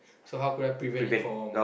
so how could I prevent it from